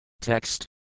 Text